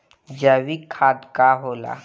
जैवीक खाद का होला?